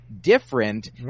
different